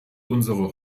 unsere